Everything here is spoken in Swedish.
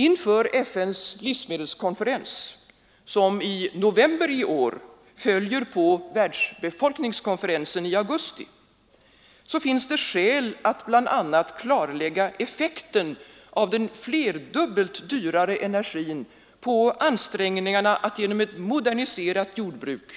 Inför FN:s livsmedelskonferens, som i november i år följer på världsbefolkningskonferensen i augusti, finns det skäl att bl.a. klarlägga effekten av den flerdubbelt dyrare energin på ansträngningarna att genom ett moderniserat jordbruk,